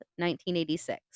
1986